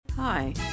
Hi